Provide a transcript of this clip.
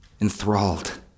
enthralled